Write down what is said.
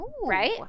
Right